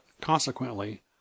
consequently